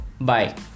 Bye